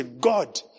God